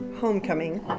homecoming